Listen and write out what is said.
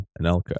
Anelka